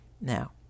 Now